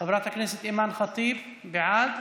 חברת הכנסת אימאן ח'טיב, בעד.